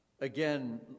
Again